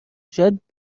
شاید